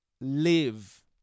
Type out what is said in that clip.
live